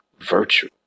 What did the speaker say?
virtue